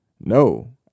No